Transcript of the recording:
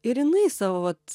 ir jinai savo vat